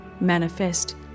manifest